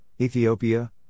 Ethiopia